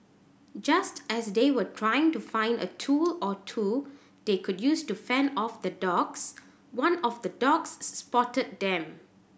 just as they were trying to find a tool or two they could use to fend off the dogs one of the dogs spotted them